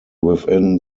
within